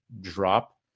drop